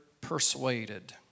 persuaded